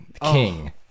king